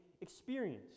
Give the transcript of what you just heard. experience